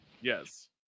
yes